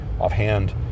offhand